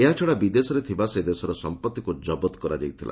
ଏହାଛଡ଼ା ବିଦେଶରେ ଥିବା ସେ ଦେଶର ସମ୍ପଭିକୁ ଜବତ କରାଯାଇଥିଲା